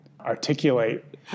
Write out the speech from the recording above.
articulate